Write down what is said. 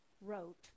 wrote